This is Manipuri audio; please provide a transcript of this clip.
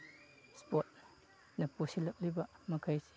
ꯏꯁꯄꯣꯔꯠꯅ ꯄꯨꯁꯤꯜꯂꯛꯂꯤꯕ ꯃꯈꯩꯁꯦ